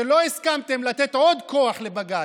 שלא הסכמתם לתת עוד כוח לבג"ץ.